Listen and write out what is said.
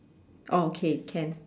oh okay can